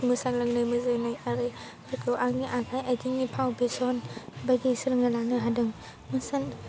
मोसाग्लांनो मोसानाय आरिफोरखौ आंनि आखाइ आइथिंनि फाव फेशन बायदि सोलोंना लानो हादों मोसानाय